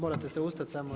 Morate se ustati samo.